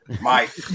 Mike